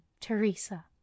Teresa